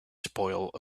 spoiled